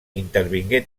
intervingué